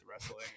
wrestling